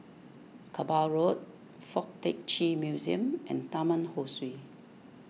Kerbau Road Fuk Tak Chi Museum and Taman Ho Swee